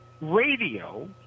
radio